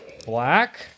Black